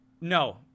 no